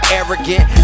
arrogant